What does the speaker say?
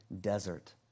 desert